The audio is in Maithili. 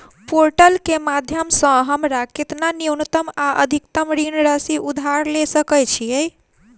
पोर्टल केँ माध्यम सऽ हमरा केतना न्यूनतम आ अधिकतम ऋण राशि उधार ले सकै छीयै?